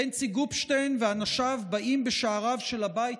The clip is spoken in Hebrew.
בנצי גופשטיין ואנשיו באים בשעריו של הבית